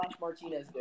Martinez